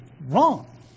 wrong